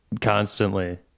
constantly